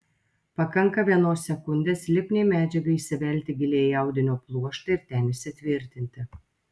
pakanka vienos sekundės lipniai medžiagai įsivelti giliai į audinio pluoštą ir ten įsitvirtinti